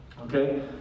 okay